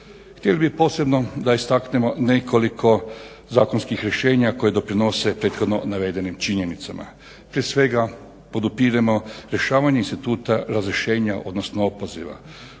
Htio bih posebno da istaknemo nekoliko zakonskih rješenja koji doprinose prethodno navedenim činjenicama. Prije svega podupiremo rješavanje instituta razrješenja, odnosno opoziva.